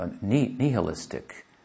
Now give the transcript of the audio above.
nihilistic